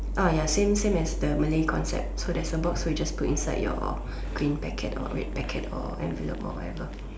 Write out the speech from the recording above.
ya same same as the Malay concept so there's a box so just put inside your green packet or red packet or envelope or whatever